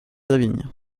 lavigne